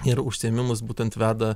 ir užsiėmimus būtent veda